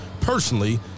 personally